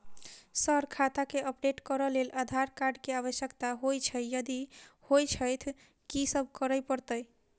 Sir खाता केँ update करऽ लेल आधार कार्ड केँ आवश्यकता होइ छैय यदि होइ छैथ की सब करैपरतैय?